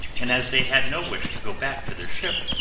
and as they had no wish to go back to their ship,